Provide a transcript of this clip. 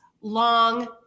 long